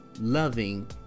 loving